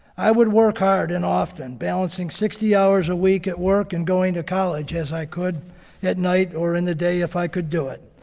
i would work hard and often, balancing sixty hours a week at work, and going to college as i could at night, or in the day if i could do it,